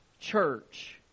church